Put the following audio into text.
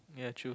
ya true